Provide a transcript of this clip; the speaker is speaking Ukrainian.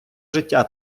життя